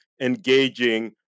engaging